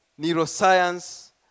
neuroscience